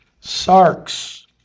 sarks